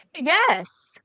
Yes